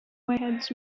heads